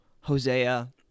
Hosea